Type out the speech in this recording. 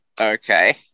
Okay